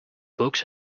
books